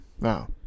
No